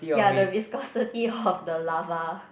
ya the viscosity of the lava